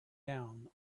down